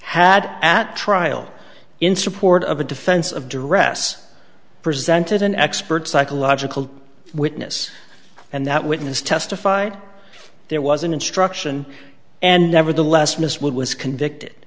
had at trial in support of a defense of dress presented an expert psychological witness and that witness testified there was an instruction and nevertheless miss wood was convicted